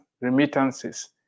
remittances